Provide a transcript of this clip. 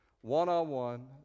one-on-one